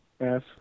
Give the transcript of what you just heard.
Yes